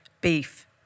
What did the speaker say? beef